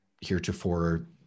heretofore